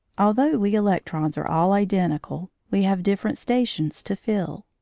although we electrons are all identical, we have different stations to fill.